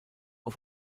auf